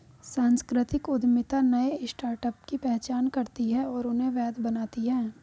सांस्कृतिक उद्यमिता नए स्टार्टअप की पहचान करती है और उन्हें वैध बनाती है